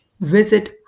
visit